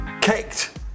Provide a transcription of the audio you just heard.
kicked